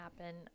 happen